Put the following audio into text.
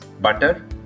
butter